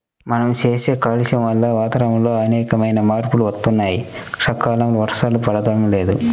మనం చేసే కాలుష్యం వల్ల వాతావరణంలో అనేకమైన మార్పులు వత్తన్నాయి, సకాలంలో వర్షాలు పడతల్లేదు